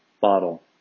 bottle